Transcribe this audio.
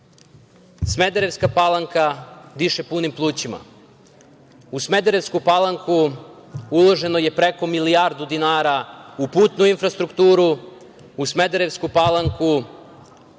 Smederevska Palanka diše punim plućima. U Smederevsku Palanku uloženo je preko milijardu dinara u putnu infrastrukturu, danas u Smederevskoj Palanci